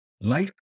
Life